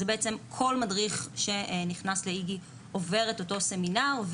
כל מדריך שנכנס לאיג"י עובר את הסמינר הזה,